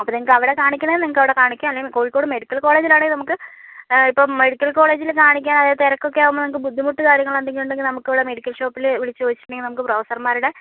അപ്പോൾ നിങ്ങൾക്ക് അവിടെ കാണിക്കണേൽ നിങ്ങൾക്ക് അവിടെ കാണിക്കാം അല്ലേൽ കോഴിക്കോട് മെഡിക്കൽ കോളേജിലാണെങ്കിൽ നമുക്ക് ഇപ്പം മെഡിക്കൽ കോളേജിൽ കാണിക്കാൻ തിരക്കൊക്കെ ആകുമ്പോൾ നമുക്ക് ബുദ്ധിമുട്ട് കാര്യങ്ങളുണ്ടെങ്കിൽ ഉണ്ടെങ്കിൽ നമുക്ക് മെഡിക്കൽ ഷോപ്പിൽ വിളിച്ച് ചോദിച്ചിട്ടുണ്ടെങ്കിൽ നമുക്ക് പ്രഫസർമാരുടെ